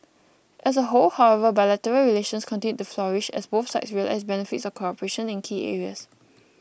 as a whole however bilateral relations continued to flourish as both sides realise benefits of cooperation in key areas